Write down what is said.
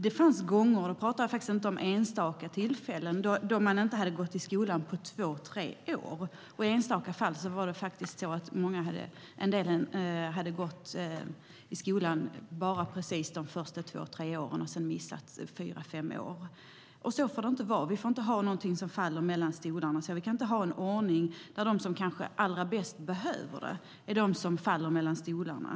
Det fanns gånger, och då pratar jag inte om enstaka tillfällen, där de placerade inte hade gått i skolan på två tre år, och i enstaka fall hade en del inte gått i skolan mer än de första två tre åren. Sedan hade de missat fyra fem år. Så kan det inte vara. Vi kan inte ha en ordning där de som kanske allra bäst behöver det är de som faller mellan stolarna.